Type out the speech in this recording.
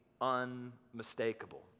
unmistakable